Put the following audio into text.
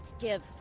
give